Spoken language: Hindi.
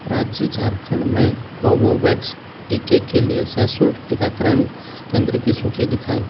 राज्य झारखंड में कोवोवैक्स टीके के लिए सशुल्क टीकाकरण केंद्र की सूची दिखाएँ